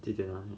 几点 ah